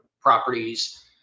properties